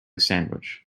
sandwich